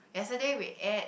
yesterday E ate